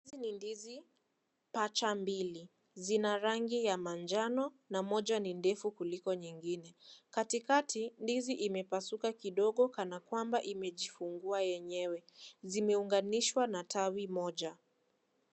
Hii ni ndizi pacha mbili, zina rangi ya manjano na moja ni ndefu kuliko nyingine, katikati ndizi imepasuka kidogo kana kwamba imejifungua yenyewe, zimeunganishwa na tawi moja.